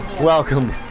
Welcome